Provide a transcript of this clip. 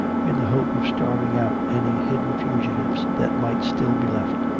in the hope of starving out any hidden fugitives that might still be left.